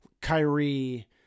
Kyrie